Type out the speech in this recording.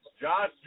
Josh